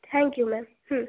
thank you ma'am hmm